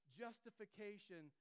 justification